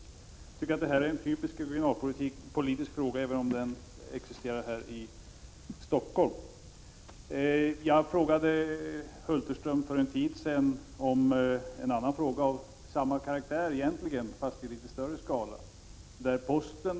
Jag tycker att den här frågan är en typisk regionalpolitisk fråga, även om den berör Stockholm. Jag ställde för en tid sedan till statsrådet Hulterström en fråga av egentligen samma karaktär men i större skala, nämligen om posten.